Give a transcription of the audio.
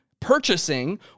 purchasing